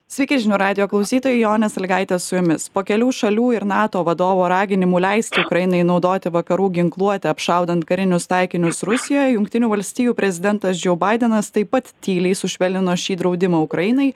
sveiki žinių radijo klausytojai jonė sąlygaitė su jumis po kelių šalių ir nato vadovo raginimų leisti ukrainai naudoti vakarų ginkluotę apšaudant karinius taikinius rusijoje jungtinių valstijų prezidentas džo baidenas taip pat tyliai sušvelnino šį draudimą ukrainai